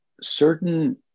certain